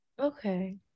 Okay